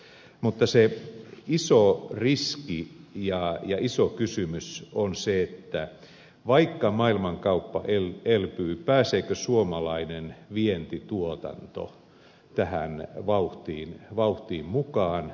mutta iso riski ja iso kysymys on se että vaikka maailmankauppa elpyy pääseekö suomalainen vientituotanto tähän vauhtiin mukaan